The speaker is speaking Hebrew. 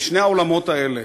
בשני העולמות האלה,